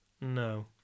No